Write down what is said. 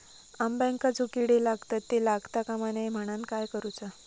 अंब्यांका जो किडे लागतत ते लागता कमा नये म्हनाण काय करूचा?